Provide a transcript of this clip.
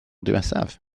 diwethaf